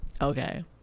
Okay